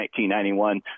1991